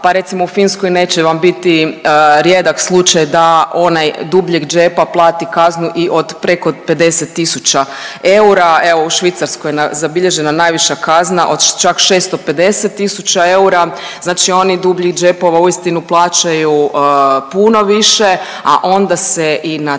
pa recimo u Finskoj neće vam biti rijedak slučaj da onaj dubljeg džepa plati kaznu i od preko 50 tisuća eura, evo u Švicarskoj je zabilježena najviša kazna od čak 650 tisuća eura. Znači oni dubljih džepova uistinu plaćaju puno više, a onda se i na